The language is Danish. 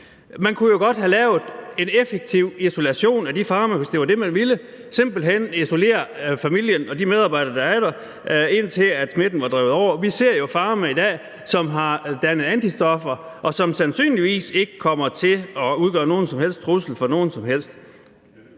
Man kunne jo godt have lavet en effektiv isolation af de farme, hvis det var det, man ville, altså simpelt hen isolere familien og de medarbejdere, der er der, indtil smitten var drevet over. Vi ser jo, at minkene på farme i dag har dannet antistoffer, og de kommer sandsynligvis ikke til at udgøre nogen som helst trussel for nogen som helst.